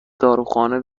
داروخانه